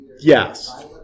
Yes